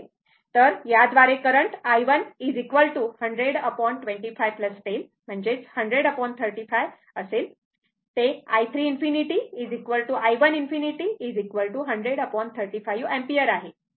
तर याद्वारे current i 1 100 25 10 10035 असेल ते i 3 ∞ i 1 ∞ 100 35 अँपिअर आहे